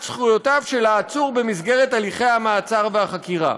זכויותיו של העצור במסגרת הליכי המעצר והחקירה.